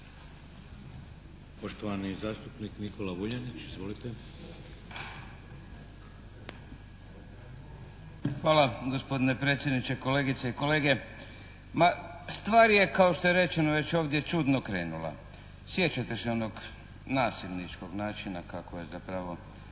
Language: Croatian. Poštovani zastupnik Nikola Vuljanić. Izvolite. **Vuljanić, Nikola (HNS)** Hvala gospodine predsjedniče. Kolegice i kolege, ma stvar je kao što je rečeno već ovdje čudno krenula. Sjećate se onog nasilničkog načina kako je zapravo